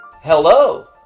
hello